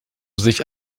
sich